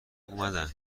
اومدن